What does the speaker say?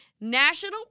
National